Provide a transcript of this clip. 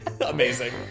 amazing